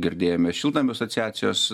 girdėjome šiltnamių asociacijos